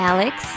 Alex